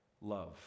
love